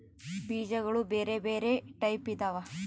ಬೀಜಗುಳ ಬೆರೆ ಬೆರೆ ಟೈಪಿದವ